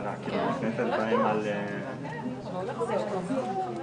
זהה --- רגע, אני רוצה להבין.